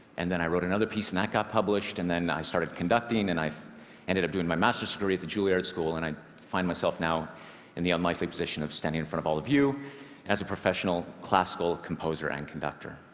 and then i wrote another piece, and that got published. and then i started conducting, and i ended up doing my master's degree at the juilliard school. and i find myself now in the unlikely position of standing in front of all of you as a professional classical composer and conductor.